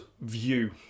view